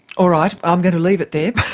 all right, i'm going to leave it there,